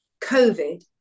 COVID